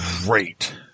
great